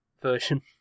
version